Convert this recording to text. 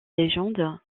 légende